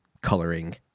coloring